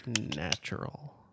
natural